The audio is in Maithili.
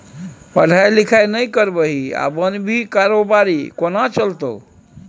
पढ़ाई लिखाई नहि करभी आ बनभी कारोबारी कोना चलतौ